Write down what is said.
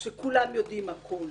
שכולם יודעים הכל.